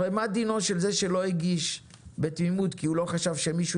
הרי מה דינו של זה שלא הגיש בתמימות כי הוא לא חשב שמישהו